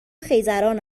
خیزران